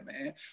man